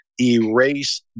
erase